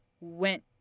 went